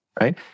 right